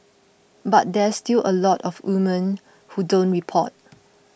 but there's still a lot of women who don't report